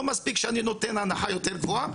לא מספיק שאני נותן הנחה יותר גבוהה,